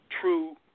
true